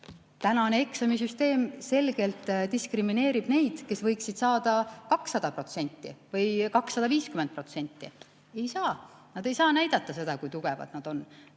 Tänane eksamisüsteem selgelt diskrimineerib neid, kes võiksid saada 200% või 250%. Ei saa! Nad ei saa näidata seda, kui tugevad nad on.